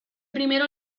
primero